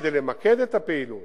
כדי למקד את הפעילות